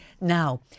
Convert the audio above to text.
Now